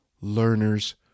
learners